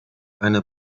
eine